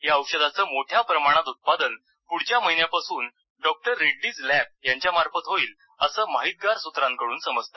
या औषधाचं मोठ्या प्रमाणात उत्पादन पुढच्या महिन्यापासून डॉक्टर रेड्डीज लॅब यांच्यामार्फत होईल असं माहीतगार सूत्रांकडून समजलं